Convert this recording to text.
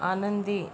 आनंदी